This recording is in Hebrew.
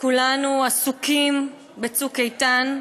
וכולנו עסוקים ב"צוק איתן",